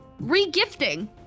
re-gifting